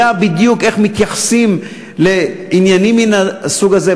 בדיוק איך מתייחסים לעניינים מן הסוג הזה.